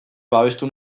babestu